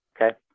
okay